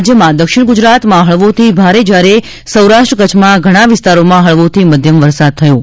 રાજ્યમાં દક્ષિણ ગુજરાતમાં હળવોથી ભારે જ્યારે સૌરાષ્ટ્ર કચ્છમાં ઘણા વિસ્તારોમાં હળવોથી મધ્યમ વરસાદ થયો છે